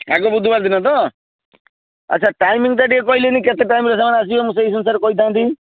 ଆଗ ବୁଧବାର ଦିନ ତ ଆଚ୍ଛା ଟାଇମିଂଟା ଟିକିଏ କହିଲେନି କେତେ ଟାଇମ୍ରେ ସେମାନେ ଆସିବେ ମୁଁ ସେଇ ଅନୁସାରେ କହିଥାନ୍ତି